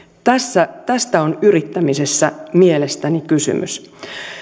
tästä on yrittämisessä mielestäni kysymys